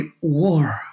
war